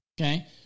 okay